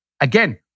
again